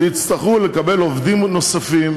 יצטרכו לקבל עובדים נוספים,